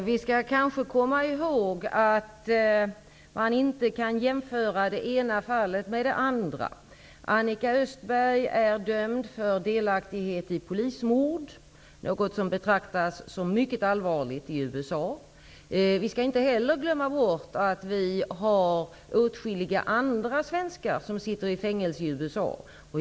Fru talman! Vi skall komma ihåg att man inte kan jämföra det ena fallet med det andra. Annika Östberg är dömd för delaktighet i polismord -- något som betraktas som mycket allvarligt i USA. Vi skall inte heller glömma bort att åtskilliga andra svenskar sitter i fängelse i USA.